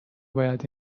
باید